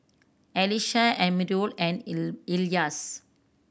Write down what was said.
Alyssa Amirul and Elyas